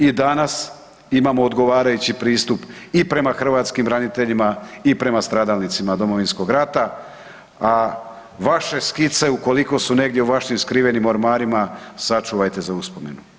I danas imamo odgovarajući pristup i prema hrvatskim braniteljima i prema stradalnicima Domovinskog rata, a vaše skice ukoliko su negdje u vašim skrivenim ormarima sačuvajte za uspomenu.